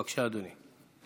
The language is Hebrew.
בבקשה, אדוני.